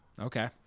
okay